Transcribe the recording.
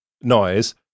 noise